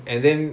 ya